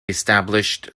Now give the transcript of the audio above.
established